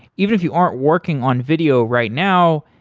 even if you aren't working on video right now,